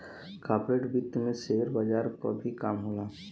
corporate वित्त में share बजार क भी काम होला